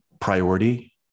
priority